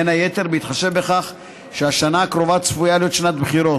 בין היתר בהתחשב בכך שהשנה הקרובה צפויה להיות שנת בחירות.